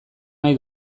nahi